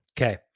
Okay